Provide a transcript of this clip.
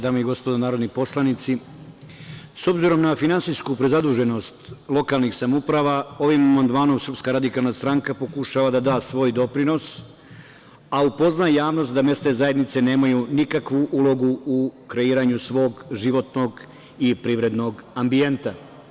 Dame i gospodo narodni poslanici, s obzirom na finansijsku prezaduženost lokalnih samouprava, ovim amandmanom SRS pokušava da da svoj doprinos, a upozna javnost da mesne zajednice nemaju nikakvu ulogu u kreiranju svog životnog i privrednog ambijenta.